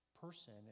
person